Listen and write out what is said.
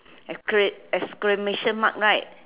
excla~ exclamation mark right